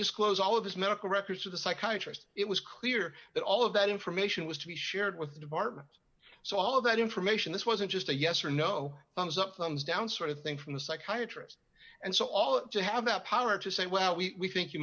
disclose all of his medical records to the psychiatrist it was clear that all of that information was to be shared with the department so all of that information this wasn't just a yes or no thumbs up thumbs down sort of thing from the psychiatrist and so all of you have that power to say well we think you